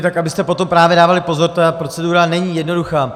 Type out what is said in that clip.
Tak abyste potom právě dávali pozor, ta procedura není jednoduchá.